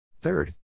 Third